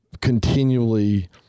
continually